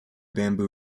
bamboo